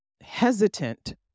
hesitant